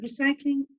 recycling